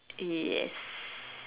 yes